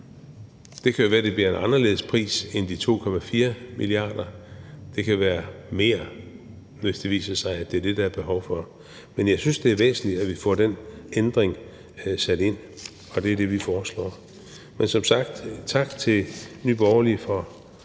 Det kan jo være, at det bliver en anderledes pris end de 2,4 mia. kr. – det kan være mere, hvis det viser sig, at det er det, der er behov for. Men jeg synes, det er væsentligt, at vi får den ændring ind, og det er det, vi foreslår. Som sagt vil jeg sige tak